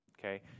okay